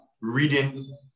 reading